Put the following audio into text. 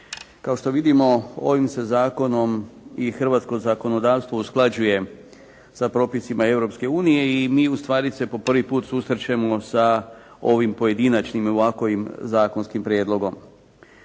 Kao što vidimo ovim se zakonom i hrvatsko zakonodavstvo usklađuje sa propisima Europske unije i mi ustvari se po prvi put susrećemo sa ovim pojedinačnim ovakvim zakonskim prijedlogom.